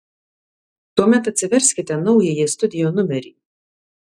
tuomet atsiverskite naująjį studio numerį